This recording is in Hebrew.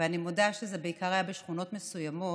ואני מודה שזה בעיקר היה בשכונות מסוימות,